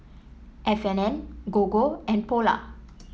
F and N Gogo and Polar